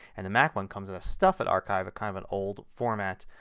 and the mac one comes in a stuffit archive. kind of an old format